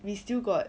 we still got